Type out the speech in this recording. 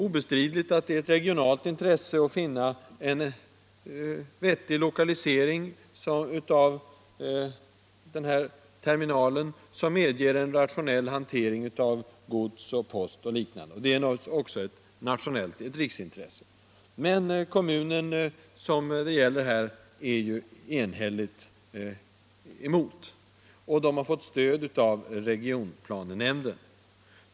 Obestridligen är det ett regionalt intresse att finna en vettig lokalisering av den terminal som det här gäller, en placering som medger en rationell hantering av gods, post och liknande. Naturligtvis är det också ett riksintresse. Men den kommun som det gäller är enhälligt emot den föreslagna lokaliseringen, och kommunen har fått stöd av regionplanenämnden.